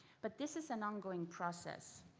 but this is an ongoing process.